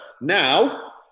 now